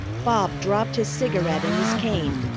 bob dropped his cigarette and his cane,